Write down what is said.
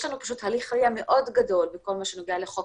יש לנו פשוט הליך RIA מאוד גדול בכל מה שנוגע לחוק